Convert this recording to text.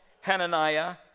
Hananiah